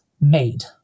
made